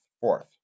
Fourth